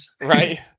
Right